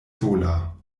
sola